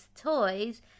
toys